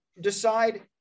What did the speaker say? decide